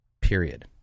period